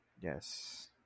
Yes